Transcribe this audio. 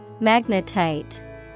Magnetite